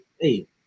hey